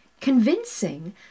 convincing